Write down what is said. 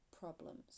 problems